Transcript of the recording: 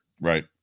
Right